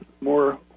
more